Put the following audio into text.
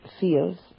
feels